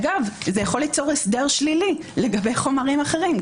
אגב זה יכול ליצור הסדר שלילי לגבי חומרים אחרים,